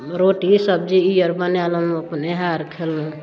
रोटी सब्जी ई आर बनायल हम अपन इएह आर खयलहुँ